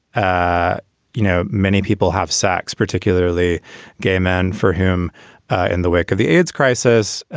ah you know, many people have sex, particularly gay men for him in the way. the aids crisis.